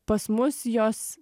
pas mus jos